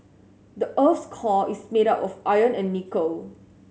the earth's core is made of iron and nickel